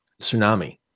tsunami